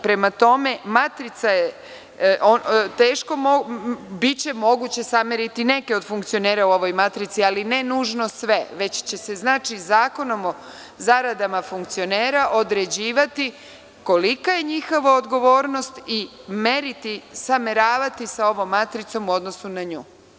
Prema tome, matrica je teško, biće moguće sameriti neke od funkcionera u ovoj matrici, ali ne nužno sve, već će se zakonom o zaradama funkcionera određivati kolika je njihova odgovornost i meriti, sameravati sa ovom matricom u odnosu na nju.